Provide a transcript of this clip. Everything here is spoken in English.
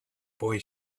boy